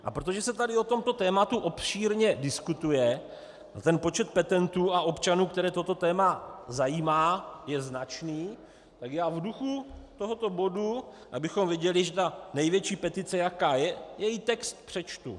A protože se tady o tomto tématu obšírně diskutuje a ten počet petentů a občanů, které toto téma zajímá, je značný, tak já v duchu tohoto bodu abychom věděli, že ta největší petice, jaká je její text přečtu: